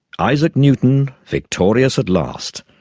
isaac newton, victorious at last,